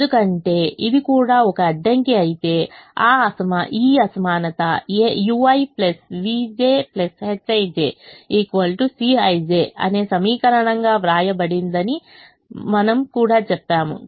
ఎందుకంటే ఇది కూడా ఒక అడ్డంకి అయితే ఈ అసమానత ui vj hij Cij అనే సమీకరణంగా వ్రాయబడిందని మనము కూడా చెప్పాము